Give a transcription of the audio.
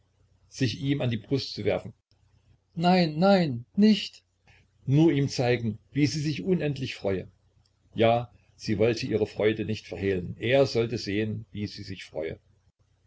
sich ihm an die brust zu werfen nein nein nicht nur ihm zeigen wie sie sich unendlich freue ja sie wollte ihre freude nicht verhehlen er sollte sehen wie sie sich freue